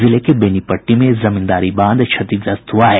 जिले के बेनीपट्टी में जमींदारी बांध क्षतिग्रस्त हुआ है